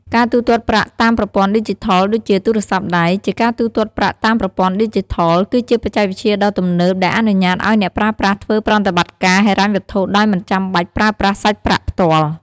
ការទូទាត់ប្រាក់តាមប្រព័ន្ធឌីជីថលដូចជា ទូរសព័្ទដៃ ជាការទូទាត់ប្រាក់តាមប្រព័ន្ធឌីជីថល គឺជាបច្ចេកវិទ្យាដ៏ទំនើបដែលអនុញ្ញាតឲ្យអ្នកប្រើប្រាស់ធ្វើប្រតិបត្តិការហិរញ្ញវត្ថុដោយមិនចាំបាច់ប្រើប្រាស់សាច់ប្រាក់ផ្ទាល់។